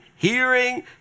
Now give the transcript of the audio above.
hearing